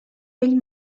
vell